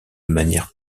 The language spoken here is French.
manière